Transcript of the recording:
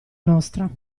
nostra